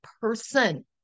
person